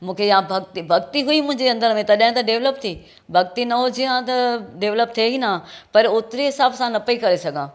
मूंखे इहा भक्ती हुई मुंहिंजे अंदर में तॾहिं त डैव्लप थी भक्ती न हुजे आहे त डैव्लप थिए ई न हा पर ओतिरे हिसाब सां न पई करे सघां